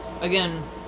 again